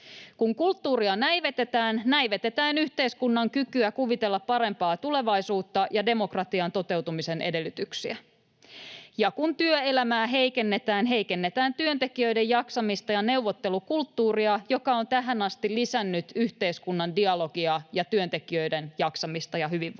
Kun kulttuuria näivetetään, näivetetään yhteiskunnan kykyä kuvitella parempaa tulevaisuutta ja demokratian toteutumisen edellytyksiä. Ja kun työelämää heikennetään, heikennetään työntekijöiden jaksamista ja neuvottelukulttuuria, joka on tähän asti lisännyt yhteiskunnan dialogia ja työntekijöiden jaksamista ja hyvinvointia.